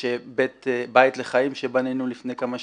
יש "בית לחיים" שבנינו לפני כמה שנים,